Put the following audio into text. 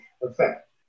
effect